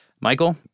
Michael